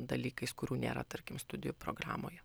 dalykais kurių nėra tarkim studijų programoje